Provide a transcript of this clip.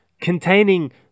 containing